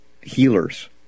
healers